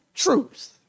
Truth